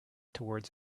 towards